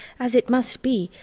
as it must be,